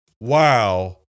wow